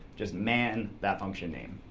just man that function name.